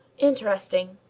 interesting,